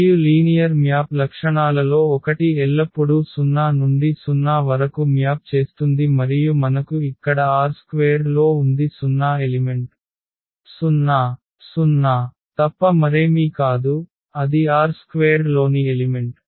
మరియు linear map లక్షణాలలో ఒకటి ఎల్లప్పుడూ 0 నుండి 0 వరకు మ్యాప్ చేస్తుంది మరియు మనకు ఇక్కడ R² లో ఉంది 0 ఎలిమెంట్ 0 0 తప్ప మరేమీ కాదు అది R² లోని ఎలిమెంట్